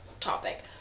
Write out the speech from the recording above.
topic